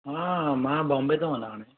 हा मां बॉम्बे थो वञा हाणे